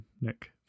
nick